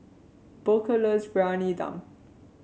Booker loves Briyani Dum